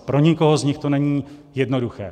Pro nikoho z nich to není jednoduché.